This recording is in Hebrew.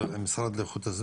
המשרד לאיכות הסביבה.